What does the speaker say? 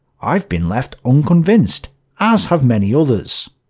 i've been left unconvinced as have many others.